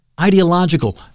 ideological